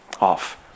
off